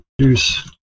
juice